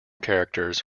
characters